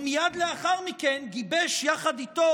ומייד לאחר מכן גיבש יחד איתו,